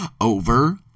over